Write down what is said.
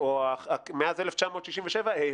מאז 1967,